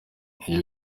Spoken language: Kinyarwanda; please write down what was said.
iyo